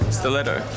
stiletto